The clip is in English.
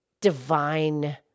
divine